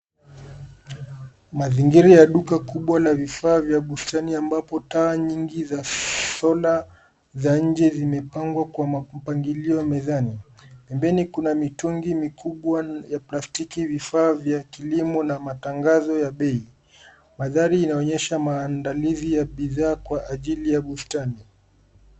Mazingira ya duka kubwa la vifaa vya bustani ambapo taa nyingi za solar za nje zimepangwa kwa mpangilio mezani. Pembeni kuna mitungi mikubwa ya plastiki, vifaa vya kilimo na matangazo ya bei. Mandhari inaonyesha maandalizi ya bidhaa kwa ajili ya bustani.